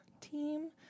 team